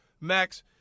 Max